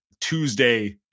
Tuesday